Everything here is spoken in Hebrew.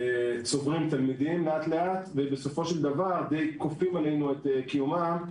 צוברים תלמידים לאט-לאט ובסופו של דבר די כופים עלינו את קיומם,